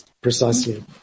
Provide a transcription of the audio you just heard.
Precisely